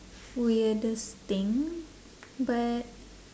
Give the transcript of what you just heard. weirdest thing but